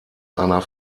einer